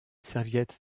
serviette